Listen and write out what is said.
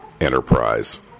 Enterprise